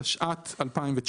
התשע"ט-2019,"